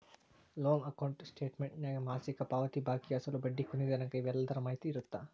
loan account ಸ್ಟೇಟಮೆಂಟ್ನ್ಯಾಗ ಮಾಸಿಕ ಪಾವತಿ ಬಾಕಿ ಅಸಲು ಬಡ್ಡಿ ಕೊನಿ ದಿನಾಂಕ ಇವೆಲ್ಲದರ ಮಾಹಿತಿ ಇರತ್ತ